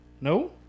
No